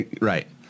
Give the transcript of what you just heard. Right